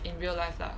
in real life lah